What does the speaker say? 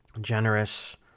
generous